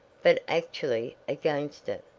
but actually against it.